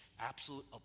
absolute